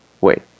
Wait